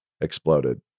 exploded